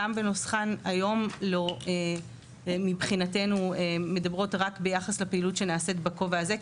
גם בנוסחן היום מבחינתנו מדברות ביחס לפעילות שנעשית בכובע הזה.